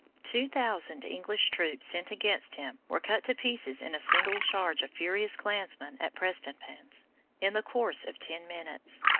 two thousand english troops sent against him were cut to pieces in a single charge of furious clansmen at prestonpans in the course of ten minutes.